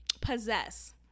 possess